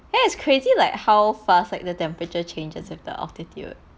ya it's crazy like how fast like the temperature changes with the altitude